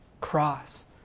cross